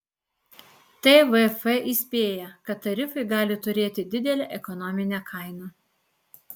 tvf įspėja kad tarifai gali turėti didelę ekonominę kainą